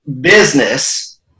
business